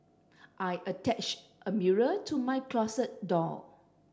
I attached a mirror to my closet door